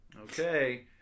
Okay